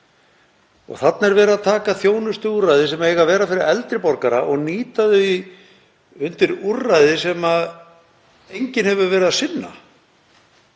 Þarna er verið að taka þjónustuúrræði sem eiga að vera fyrir eldri borgara og nýta þau undir úrræði sem enginn hefur verið að sinna